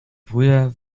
brüder